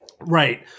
Right